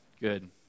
good